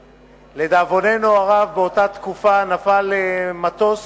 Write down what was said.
לדאבוננו הרב, באותה תקופה נפל מטוס